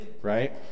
Right